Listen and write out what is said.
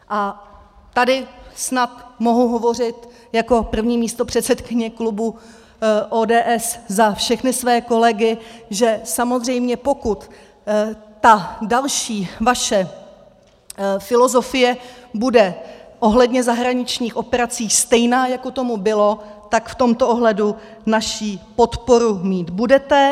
A tady snad mohu hovořit jako první místopředsedkyně klubu ODS za všechny své kolegy, že samozřejmě pokud ta další vaše filozofie bude ohledně zahraničních operací stejná, jako tomu bylo, tak v tomto ohledu naši podporu mít budete.